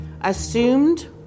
assumed